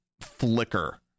flicker